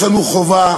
יש לנו חובה